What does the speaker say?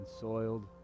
soiled